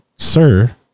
sir